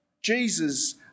Jesus